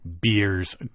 beers